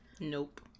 Nope